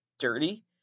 Dirty